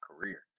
career